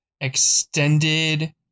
extended